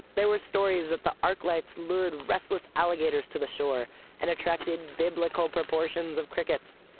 there were stories that the arc lights lured restless alligators to the shore and attracted biblical proportions of crickets,